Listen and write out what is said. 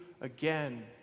again